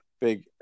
big